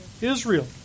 Israel